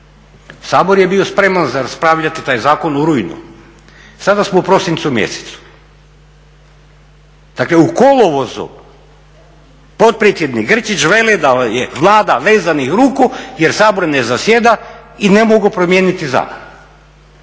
Sabor je bio spreman za raspravljati taj zakon u rujnu, sada smo u prosincu mjesecu, dakle u kolovozu potpredsjednik Grčić veli da je Vlada vezanih ruku jer Sabor na zasjeda i ne mogu promijeniti zakon.